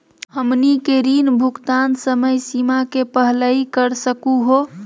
हमनी के ऋण भुगतान समय सीमा के पहलही कर सकू हो?